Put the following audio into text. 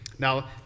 Now